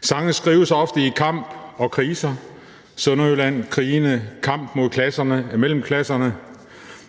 Sange skrives ofte i kamp og kriser: Sønderjylland, krigene, kamp mod klasserne, af mellemklasserne.